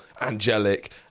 angelic